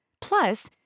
Plus